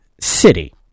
city